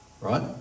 Right